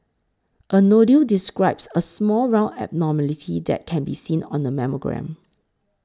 a nodule describes a small round abnormality that can be seen on a mammogram